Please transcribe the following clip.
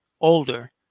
older